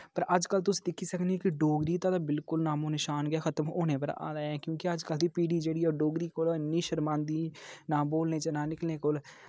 पर अज्जकल तुस दिक्खी सकने कि डोगरी दा ते बिल्कुल कोई नामोनशान गै खत्म होने पर आ दा क्योंकि अज्जकल दी पीढ़ी जेह्ड़ी ऐ ओह् डोगरी कोला इ'न्नी शर्मांदी ना बोलने च ना लिखने कोल